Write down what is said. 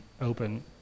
open